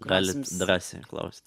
galit drąsiai klausti